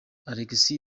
alexis